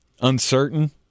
uncertain